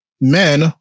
men